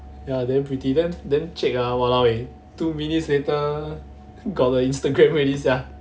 ya damn pretty then then chek ah !walao! eh two minutes later got the instagram already sia